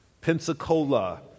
Pensacola